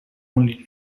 only